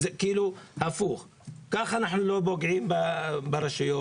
זה למעשה הפוך ואנחנו לא פוגעים ברשויות,